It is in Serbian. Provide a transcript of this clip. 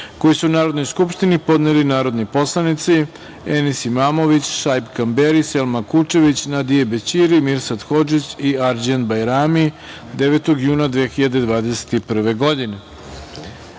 koji su Narodnoj skupštini podneli narodni poslanici Enis Imamović, Šaip Kamberi, Selma Kučević, Nadije Bećiri, Mirsad Kučević i Arđend Bajrami 9. juna 2021. godine. Pošto